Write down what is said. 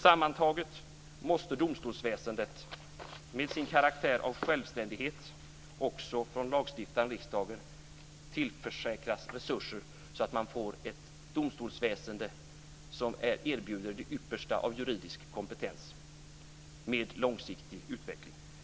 Sammantaget måste domstolsväsendet med sin karaktär av självständighet också från lagstiftaren, riksdagen, tillförsäkras resurser så att man får ett domstolsväsende som erbjuder det yppersta av juridisk kompetens med långsiktig utveckling.